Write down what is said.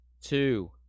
two